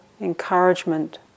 encouragement